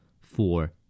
Four